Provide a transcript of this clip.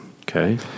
Okay